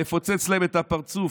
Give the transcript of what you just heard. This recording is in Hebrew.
לפוצץ להם את הפרצוף,